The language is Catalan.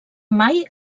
mai